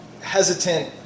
hesitant